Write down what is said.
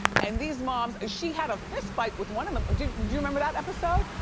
and these moms, she had a fist fight with one of them. do you remember that episode?